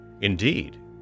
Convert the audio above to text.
Indeed